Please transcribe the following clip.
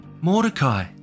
Mordecai